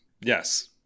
Yes